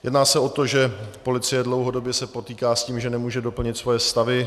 Jedná se o to, že se policie dlouhodobě potýká s tím, že nemůže doplnit svoje stavy.